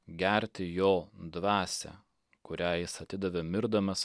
gerti jo dvasią kurią jis atidavė mirdamas